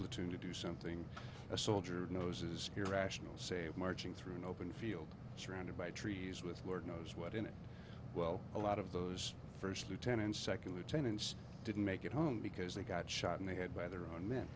platoon to do something a soldier knows is irrational save marching through an open field surrounded by trees with lord knows what in it well a lot of those first lieutenant second lieutenants didn't make it home because they got shot in the head by their own men